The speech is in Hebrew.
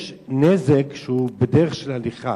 יש נזק שהוא בדרך של הליכה,